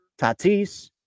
Tatis